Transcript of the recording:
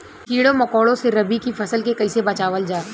कीड़ों मकोड़ों से रबी की फसल के कइसे बचावल जा?